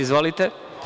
Izvolite.